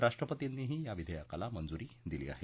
राष्ट्रपतीनीही या विधेयकाला मंजुरी दिली आहे